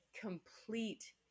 complete